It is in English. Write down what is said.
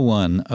one